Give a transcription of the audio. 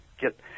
get